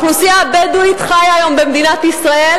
האוכלוסייה הבדואית חיה היום במדינת ישראל